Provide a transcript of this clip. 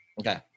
Okay